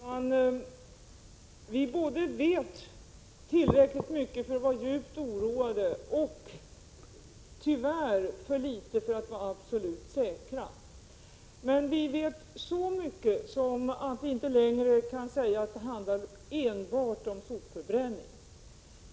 Herr talman! Vi vet både tillräckligt mycket för att vara djupt oroade och, tyvärr, för litet för att vara absolut säkra. Men vi vet så mycket att det inte längre kan sägas att det enbart handlar om sopförbränning.